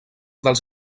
dels